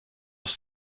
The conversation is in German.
auch